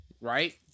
Right